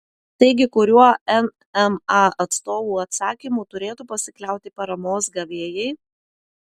taigi kuriuo nma atstovų atsakymu turėtų pasikliauti paramos gavėjai